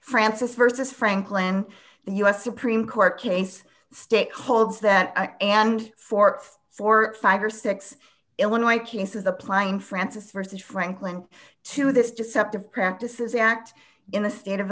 francis versus franklin the u s supreme court case state holds that and forth for five or six illinois cases applying francis versus franklin to this deceptive practices act in the state of